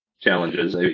challenges